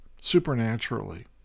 supernaturally